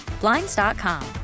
Blinds.com